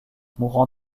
mourant